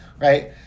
right